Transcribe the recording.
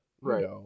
Right